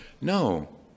No